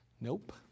Nope